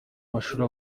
mashuri